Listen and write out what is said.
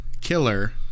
killer